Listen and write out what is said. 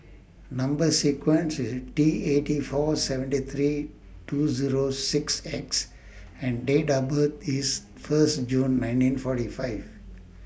Number sequence IS T eighty four seventy three two Zero six X and Date of birth IS First June nineteen forty five